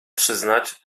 przyznać